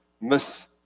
miss